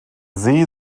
see